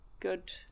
good